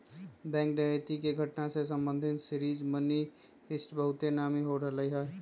bank डकैती के घटना से संबंधित सीरीज मनी हीस्ट बहुते नामी हो रहल हइ